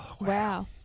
Wow